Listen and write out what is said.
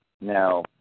Now